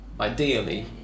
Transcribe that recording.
ideally